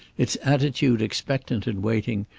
its attitude expectant and waiting,